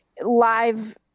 live